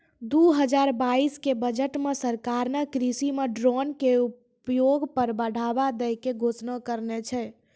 दू हजार बाइस के बजट मॅ सरकार नॅ कृषि मॅ ड्रोन के उपयोग पर बढ़ावा दै के घोषणा करनॅ छै